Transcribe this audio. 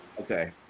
Okay